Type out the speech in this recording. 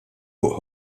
fuq